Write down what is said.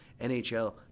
NHL